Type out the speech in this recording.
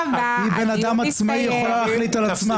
היא בן אדם עצמאי, היא יכולה להחליט על עצמה.